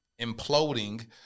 imploding